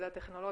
זו הטכנולוגיה.